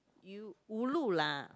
you ulu lah